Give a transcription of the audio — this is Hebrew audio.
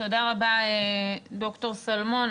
תודה רבה, ד"ר שלמון.